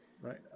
right